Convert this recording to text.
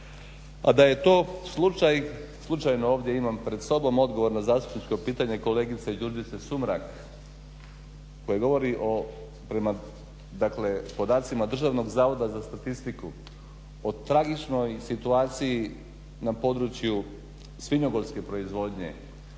A da je to slučaj, slučajno ovdje imam pred sobom odgovor na zastupničko pitanje kolegice Đurđice Sumrak koji govori o prema dakle podacima Državnog zavoda za statistiku o tragičnoj situaciji na području svinjogojske proizvodnje.